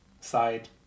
side